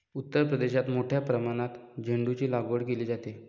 उत्तर प्रदेशात मोठ्या प्रमाणात झेंडूचीलागवड केली जाते